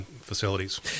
facilities